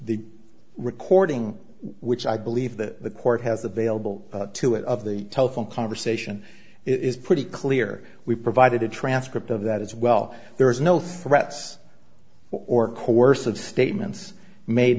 recording which i believe the court has available to it of the telephone conversation is pretty clear we provided a transcript of that as well there is no threats or coercive statements made